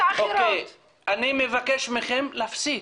אוקיי, אני מבקש מכם להפסיק.